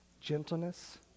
gentleness